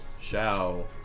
Shao